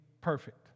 perfect